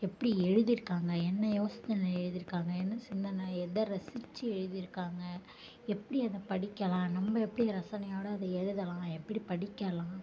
எப்படி எழுதியிருக்காங்க என்ன யோசனையில் எழுதியிருக்காங்க என்ன சிந்தனை எதை ரசித்து எழுதியிருக்காங்க எப்படி அதை படிக்கலாம் நம்ம எப்படி ரசனையோடு அதை எழுதலாம் எப்படி படிக்கலாம்